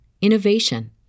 innovation